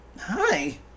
Hi